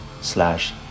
slash